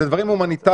אלה דברים הומניטריים.